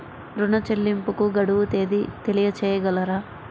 ఋణ చెల్లింపుకు గడువు తేదీ తెలియచేయగలరా?